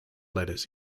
letters